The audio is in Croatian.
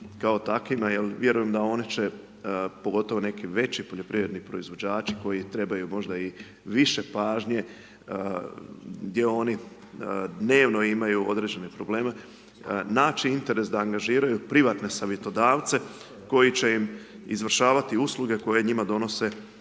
kao takvima jer vjerujem da oni će pogotovo neki veći poljoprivredni proizvođači koji trebaju možda i više pažnje, gdje oni dnevno imaju određene probleme, naći interes da angažiraju privatne savjetodavce koji će im izvršavati usluge koje njima donose